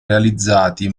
realizzati